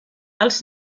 els